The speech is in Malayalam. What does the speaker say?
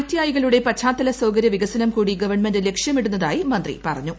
ടിഐകളുടെ പശ്ചാത്തല സൌകര്യ വികസനം കൂടി ഗവൺമെന്റ് ലക്ഷ്യമിടുന്നതായി മന്ത്രി പറഞ്ഞു